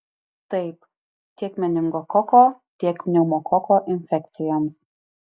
taip tiek meningokoko tiek pneumokoko infekcijoms